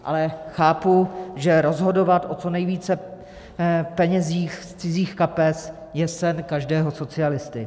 Ale chápu, že rozhodovat o co nejvíce penězích z cizích kapes je sen každého socialisty.